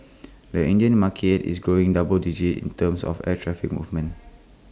the Indian market is growing double digit in terms of air traffic movements